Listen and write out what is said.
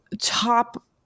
top